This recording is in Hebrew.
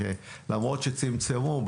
למרות שצמצמו,